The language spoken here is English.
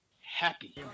happy